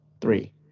three